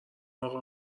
اقا